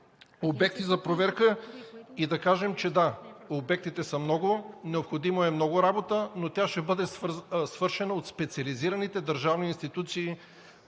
обекта за проверка и да кажем, че да – обектите са много, необходима е много работа, но тя ще бъде свършена от специализираните държавни институции